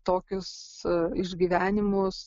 tokius išgyvenimus